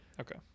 Okay